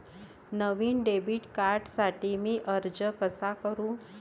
नवीन debit कार्डसाठी मी अर्ज कसा करू?